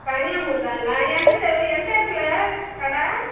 கனியமூர் தானங்களா எந்த தெரு எந்த இடத்துல கடை